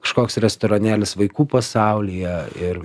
kažkoks restoranėlis vaikų pasaulyje ir